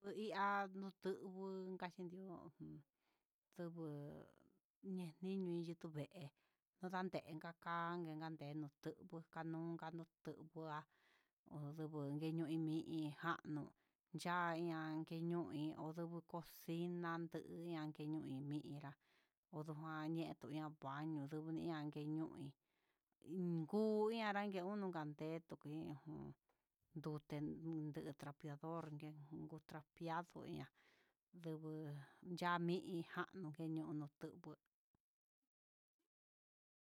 Ndu ihá ndu kachinió ndujun ñeni ño'í yuku vee nadeen kaka, kanen nduku kanuu nunka nuu tukuá odubun neño'o iin mija'a no'o ya'ña keñuu iin onduu no cosina inkai ñuu iin mira adujan ñe'eto ña baño ian keñoí iingu anrake uno ya'á andete jun, ndute jun trapeador inke trapiado ña'a ndubuu ña'a mi já unke ñuu ndubu.